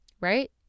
right